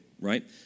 right